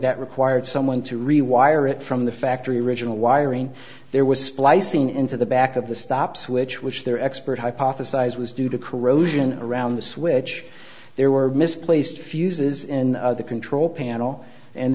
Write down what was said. that required someone to rewire it from the factory original wiring there was splicing into the back of the stop switch which their expert hypothesized was due to corrosion around the switch there were misplaced fuses in the control panel and